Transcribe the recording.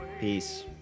Peace